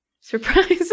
surprise